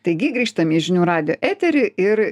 taigi grįžtame į žinių radijo eterį ir